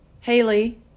Haley